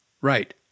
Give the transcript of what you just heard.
Right